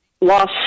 lost